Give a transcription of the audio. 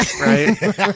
right